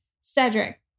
Cedric